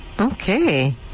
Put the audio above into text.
Okay